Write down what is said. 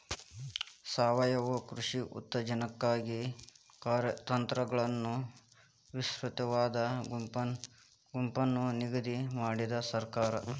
ಸಾವಯವ ಕೃಷಿ ಉತ್ತೇಜನಕ್ಕಾಗಿ ಕಾರ್ಯತಂತ್ರಗಳನ್ನು ವಿಸ್ತೃತವಾದ ಗುಂಪನ್ನು ನಿಗದಿ ಮಾಡಿದೆ ಸರ್ಕಾರ